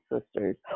sisters